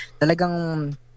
Talagang